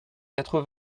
quatre